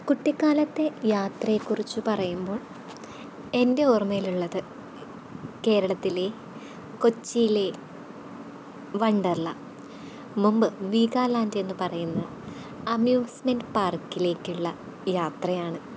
കുട്ടിക്കാലത്തെ യാത്രയെക്കുറിച്ചു പറയുമ്പോള് എന്റെ ഓര്മ്മയിലുള്ളത് കേരളത്തിലെ കൊച്ചിയിലെ വണ്ടര്ലാ മുൻപ് വീഗാലാന്റെന്നു പറയുന്ന അമ്യൂസ്മെന്റ് പാര്ക്കിലേക്കുള്ള യാത്രയാണ്